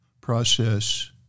process